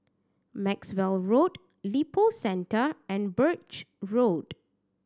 Maxwell Road Lippo Centre and Birch Road